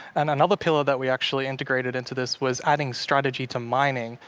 and another pillar that we actually integrated into this was adding strategy to mining.